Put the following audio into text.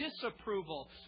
disapproval